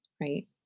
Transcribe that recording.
right